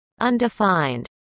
undefined